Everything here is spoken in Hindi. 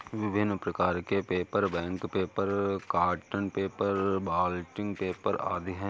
विभिन्न प्रकार के paper, bank paper, cotton paper, blotting paper आदि हैं